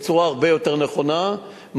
בצורה הרבה יותר נכונה מהצבא.